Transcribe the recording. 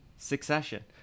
Succession